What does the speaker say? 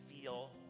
feel